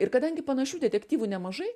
ir kadangi panašių detektyvų nemažai